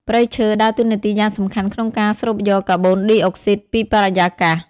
ព្រៃឈើដើរតួនាទីយ៉ាងសំខាន់ក្នុងការស្រូបយកកាបូនឌីអុកស៊ីតពីបរិយាកាស។